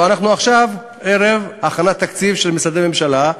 ואנחנו עכשיו ערב הכנת תקציב משרדי הממשלה,